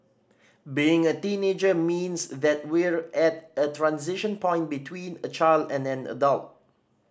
being a teenager means that we're at a transition point between a child and an adult